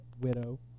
Widow